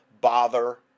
bother